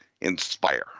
inspire